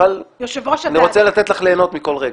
אבל אני רוצה לתת לך ליהנות מכל רגע.